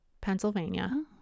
pennsylvania